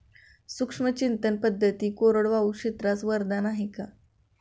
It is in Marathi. सूक्ष्म सिंचन पद्धती कोरडवाहू क्षेत्रास वरदान आहे का?